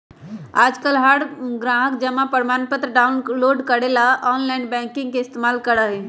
आजकल हर ग्राहक जमा प्रमाणपत्र डाउनलोड करे ला आनलाइन बैंकिंग के इस्तेमाल करा हई